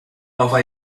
nova